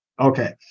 Okay